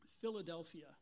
Philadelphia